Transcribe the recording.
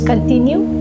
Continue